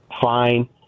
Fine